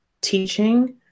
teaching